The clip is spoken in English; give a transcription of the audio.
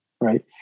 right